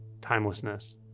timelessness